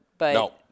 No